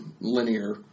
linear